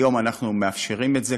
היום אנחנו מאפשרים את זה,